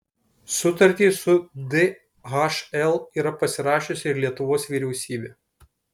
sutartį su dhl yra pasirašiusi ir lietuvos vyriausybė